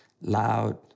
loud